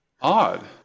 Odd